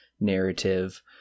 narrative